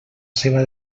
seva